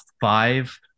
five